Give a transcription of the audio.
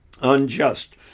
Unjust